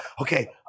okay